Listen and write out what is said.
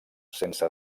sense